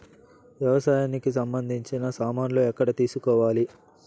వ్యవసాయానికి సంబంధించిన సామాన్లు ఎక్కడ తీసుకోవాలి?